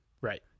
right